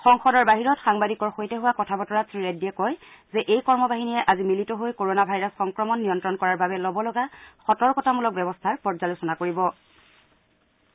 সংসদৰ বাহিৰত সাংবাদিকৰ সৈতে হোৱা কথা বতৰাত শ্ৰীৰেড্ডীয়ে কয় যে এই কৰ্মবাহিনীয়ে আজি মিলিত হৈ কৰনা ভাইৰাছৰ সংক্ৰমণক নিয়ন্তণ কৰাৰ বাবে ল'ব লগা সতৰ্কতামূলক ব্যৱস্থাৰ পৰ্যালোচনা কৰা হ'ব